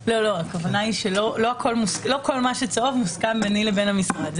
הכוונה היא שלא כל מה שמסומן בצהוב מוסכם ביני לבין המשרד.